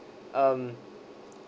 um